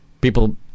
People